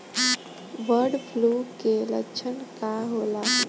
Bird flu के लक्षण का होला?